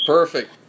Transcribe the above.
Perfect